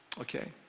Okay